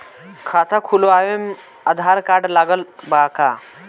खाता खुलावे म आधार कार्ड लागत बा का?